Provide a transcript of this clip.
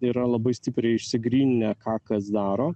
yra labai stipriai išsigryninę ką kas daro